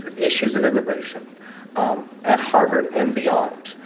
issues of immigration at harvard and beyond,